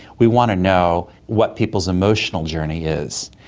we want to know what people's emotional journey is,